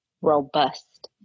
robust